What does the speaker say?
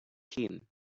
him